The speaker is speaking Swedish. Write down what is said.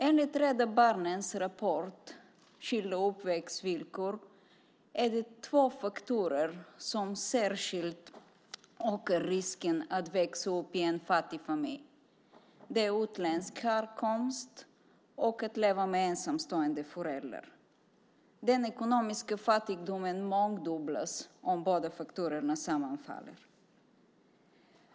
Enligt Rädda Barnens rapport Skilda uppväxtvillkor är det två faktorer som särskilt ökar risken att växa upp i en fattig familj. Det är utländsk härkomst och att leva med en ensamstående förälder. Den ekonomiska fattigdomen mångdubblas om båda faktorerna sammanfaller.